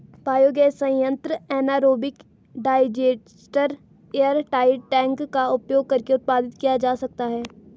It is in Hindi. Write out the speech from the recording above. बायोगैस संयंत्र एनारोबिक डाइजेस्टर एयरटाइट टैंक का उपयोग करके उत्पादित किया जा सकता है